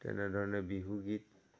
তেনেধৰণে বিহুগীত